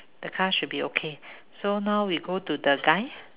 the car should be okay so now we go to the guy